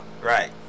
right